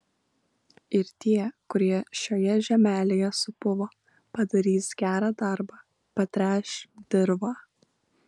ir tie kurie šioje žemelėje supuvo padarys gerą darbą patręš dirvą